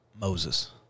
moses